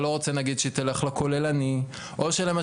אנחנו לא יכולים להמשיך להניח על הכתפיים שלהן או לייצר